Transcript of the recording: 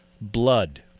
Blood